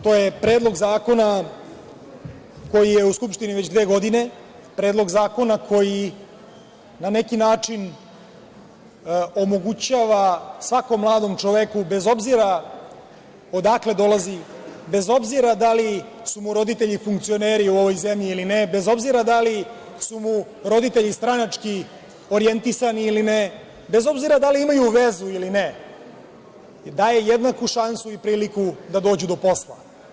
To je predlog zakona koji je u Skupštini već dve godine, predlog zakona koji na neki način omogućava svakom mladom čoveku, bez obzira odakle dolazi, bez obzira da li su mu roditelji funkcioneri u ovoj zemlji ili ne, bez obzira da li su mu roditelji stranački orijentisani ili ne, bez obzira da li imaju vezu ili ne, daje jednaku šansu i priliku da dođu do posla.